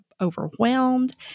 overwhelmed